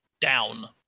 down